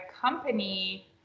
company